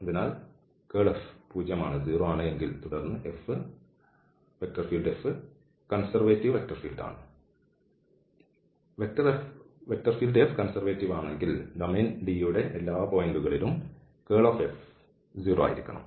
അതിനാൽ curl F പൂജ്യമാണ് എങ്കിൽ തുടർന്ന് F കൺസെർവേറ്റീവ് ആണ് F കൺസെർവേറ്റീവ് ആണെങ്കിൽ ഡൊമെയ്ൻ D യുടെ എല്ലാ പോയിന്റുകളിലും കേൾ F പൂജ്യമായിരിക്കണം